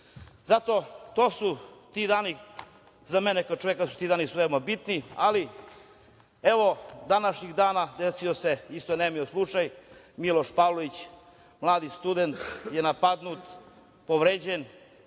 će biti sutra. Za mene kao čoveka zato su ti dani veoma bitni, ali evo današnjih dana desio se isto nemio slučaj. Miloš Pavlović, mladi student je napadnut, povređen.